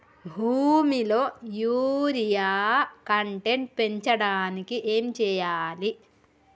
భూమిలో urea content పెంచడానికి ఏం చేయాలి?